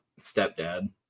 stepdad